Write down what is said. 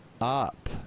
up